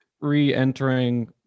re-entering